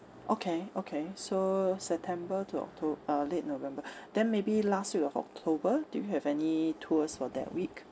okay okay so september to octo~ uh late november then maybe last week of october do you have any tours for that week